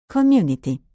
Community